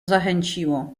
zachęciło